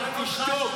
שקרן.